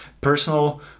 personal